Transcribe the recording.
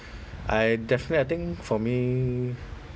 I definitely I think for me